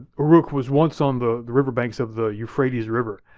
uruk was once on the the river banks of the euphrates river.